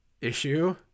issue